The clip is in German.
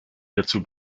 hierzu